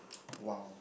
!wow!